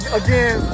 again